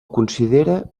considera